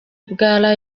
bwana